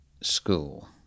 school